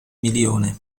milione